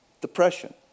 depression